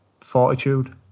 fortitude